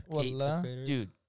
Dude